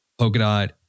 Polkadot